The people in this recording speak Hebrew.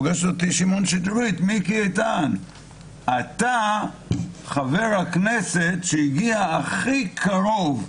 אתה חבר הכנסת שהגיע הכי קרוב לחוקה.